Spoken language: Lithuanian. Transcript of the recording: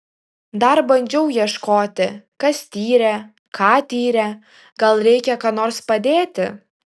dar bandžiau ieškoti kas tyrė ką tyrė gal reikia ką nors padėti